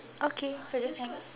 okay so I just hang